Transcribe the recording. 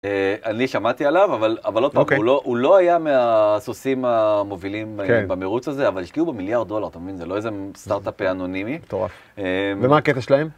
אני שמעתי עליו, אבל עוד פעם, הוא לא היה מהסוסים המובילים במירוץ הזה, אבל השקיעו בו מיליארד דולר, אתה מבין? זה לא איזה סטארטאפ אנונימי. -מטורף. ומה הקטע שלהם?